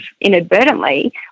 inadvertently